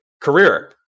career